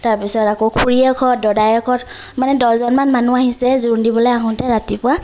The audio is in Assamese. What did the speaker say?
তাৰ পিছত আকৌ খুৰীয়েকহঁত দদায়েকহঁত মানে দহজনমান মানুহ আহিছে জোৰোণ দিবলৈ আহোঁঁতে ৰাতিপুৱা